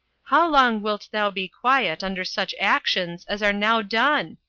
how long wilt thou be quiet under such actions as are now done?